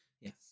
Yes